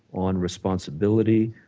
on responsibility,